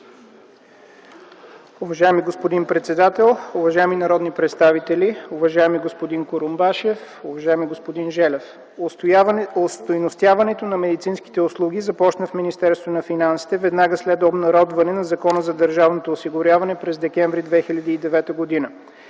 Уважаеми господин председател, уважаеми народни представители! Уважаеми господин Курумбашев, уважаеми господин Желев, остойностяването на медицинските услуги започна в Министерството на финансите веднага след обнародване на Закона за държавното осигуряване през м. декември 2009 г.